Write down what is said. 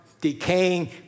decaying